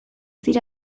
dira